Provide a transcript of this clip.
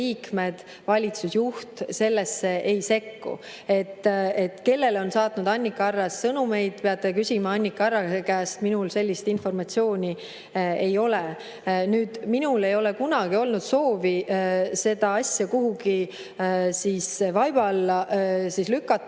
ja valitsusjuht sellesse ei sekku. Kellele on saatnud Annika Arras sõnumeid, seda te peate küsima Annika Arrase käest, minul sellist informatsiooni ei ole. Minul ei ole kunagi olnud soovi seda asja kuhugi vaiba alla lükata.